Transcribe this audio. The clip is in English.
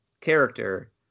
character